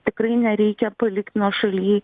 tikrai nereikia palikt nuošaly